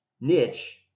niche